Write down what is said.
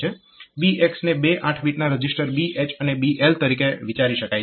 BX ને બે 8 બીટના રજીસ્ટર BH અને BL તરીકે વિચારી શકાય છે